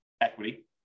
equity